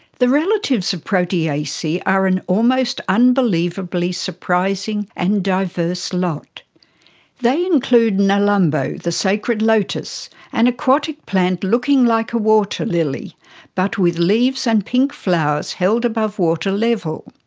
the relatives of proteaceae are an almost unbelievably surprising and diverse lot they include nelumbo the sacred lotus an aquatic plant looking like a waterlily but with leaves and pink flowers held above water level.